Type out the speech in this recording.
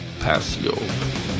Passio